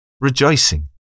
rejoicing